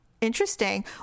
Interesting